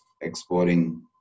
exporting